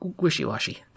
wishy-washy